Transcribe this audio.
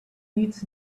needs